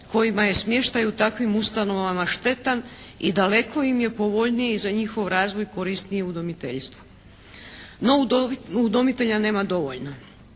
kojima je smještaj u takvim ustanovama štetan i daleko im je povoljniji za njihov razvoj korisnije udomiteljstvo. No udomitelja nema dovoljno.